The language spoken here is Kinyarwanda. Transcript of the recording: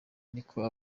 niko